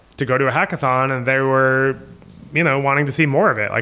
to go to a hackathon. and they were you know wanting to see more of it. like